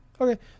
Okay